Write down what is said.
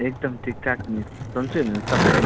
एकदम ठिकठाक मिस सन्चै हुनुहुन्छ तपाईँ